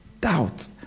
Doubt